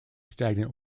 stagnant